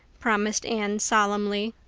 promised anne solemnly.